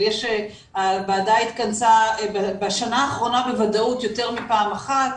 אבל הוועדה התכנסה בשנה האחרונה בוודאות יותר מפעם אחת,